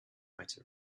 might